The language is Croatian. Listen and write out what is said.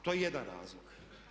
To je jedan razlog.